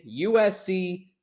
USC